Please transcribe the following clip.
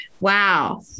wow